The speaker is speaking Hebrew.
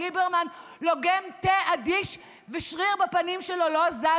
ליברמן לוגם תה אדיש ושריר בפנים שלו לא זז.